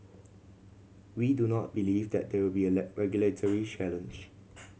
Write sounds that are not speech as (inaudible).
we do not believe that there will be a (unintelligible) regulatory challenge